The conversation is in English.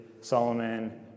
solomon